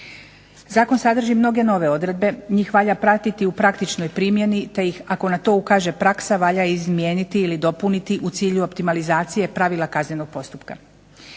Zakon sadrži mnoge nove odredbe, njih valja pratiti u praktičnoj primjeni te ih ako na to ukaže praksa valja izmijeniti ili dopuniti u cilju optimalizacije pravila kaznenog postupka.